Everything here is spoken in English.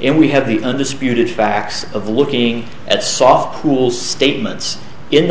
and we have the undisputed facts of looking at soft rules statements in the